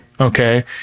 okay